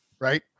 right